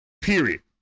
Period